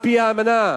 על-פי האמנה,